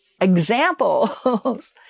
examples